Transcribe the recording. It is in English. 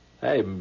Hey